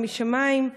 זה משמים.